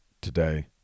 today